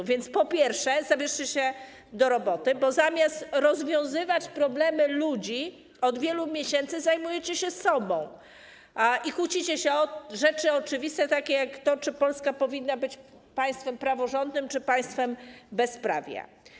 A więc, po pierwsze, zabierzcie się do roboty, bo zamiast rozwiązywać problemy ludzi, od wielu miesięcy zajmujecie się sobą i kłócicie się o rzeczy oczywiste, takie jak to, czy Polska powinna być państwem praworządnym czy państwem bezprawia.